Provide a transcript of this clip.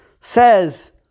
Says